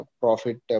profit